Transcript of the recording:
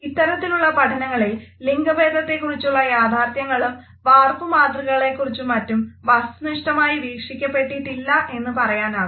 ഇത്തരത്തിലുള്ള പഠനങ്ങളിൽ ലിംഗഭേദത്തെക്കുറിച്ചുള്ള യാഥാർഥ്യങ്ങളും വാർപ്പുമാതൃകകളെക്കുറിച്ചും മറ്റും വസ്തുനിഷ്ഠമായി വീക്ഷിക്കപ്പെട്ടിട്ടില്ല എന്ന് പറയാനാകും